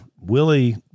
Willie